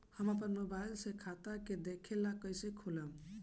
हम आपन मोबाइल से खाता के देखेला कइसे खोलम?